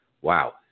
Wow